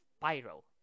pyro